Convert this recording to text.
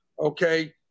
okay